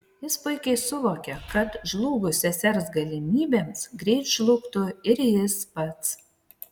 jis puikiai suvokė kad žlugus sesers galimybėms greit žlugtų ir jis pats